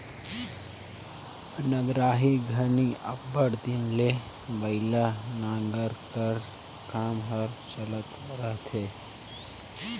नगराही घनी अब्बड़ दिन ले बइला नांगर कर काम हर चलत रहथे